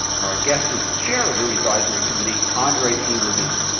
our guest is the chair of the advisory committee, andre p. le duc.